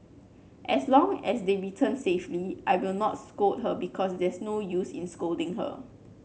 as long as they return safely I will not scold her because there's no use in scolding her